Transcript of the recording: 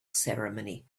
ceremony